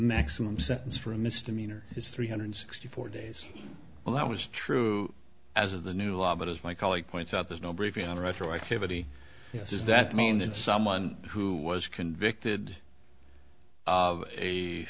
maximum sentence for a misdemeanor is three hundred sixty four days well that was true as of the new law but as my colleague points out there's no briefing on retroactivity is that mean that someone who was convicted of a